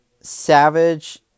Savage